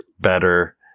better